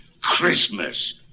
Christmas